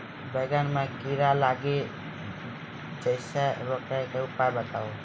बैंगन मे कीड़ा लागि जैसे रोकने के उपाय बताइए?